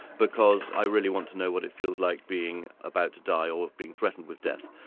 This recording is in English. because i really want to know what it feels like being about to die or being threatened with death.